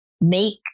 make